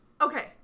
okay